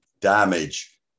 damage